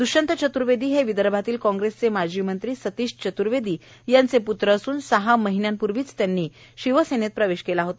द्ष्यंत चत्र्वेदी हे विदर्भातील काँग्रेसचे माजी मंत्री सतीश चतुर्वेदी यांचे पुत्र असून सहा महिन्यांपूर्वी त्यांनी शिवसेनेत प्रवेश केला होता